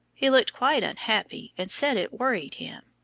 he looked quite unhappy and said it worried him.